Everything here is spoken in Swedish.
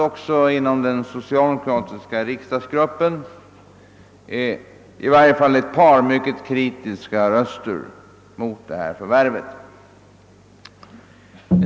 Också inom den socialdemokratiska riksdagsgruppen höjdes i varje fall ett par röster som var mycket kritiska mot förvärvet.